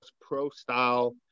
pro-style